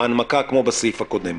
ההנמקה כמו בסעיף הקודם.